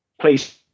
place